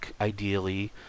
ideally